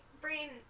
brain